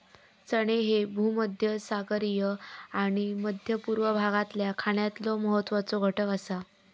चणे ह्ये भूमध्यसागरीय आणि मध्य पूर्व भागातल्या खाण्यातलो महत्वाचो घटक आसा